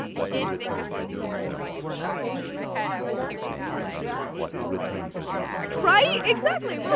i did think of lizzie borden while you were talking in my head. i was hearing that, like lizzie borden took an axe, right! exactly. well,